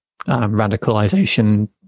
radicalization